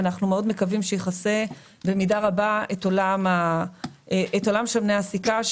אנחנו מאוד מקווים שהוא יכסה במידה רבה את העולם של שמני הסיכה,